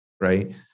right